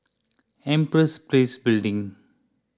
Empress Place Building